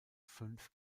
fünf